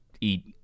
eat